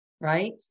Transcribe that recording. right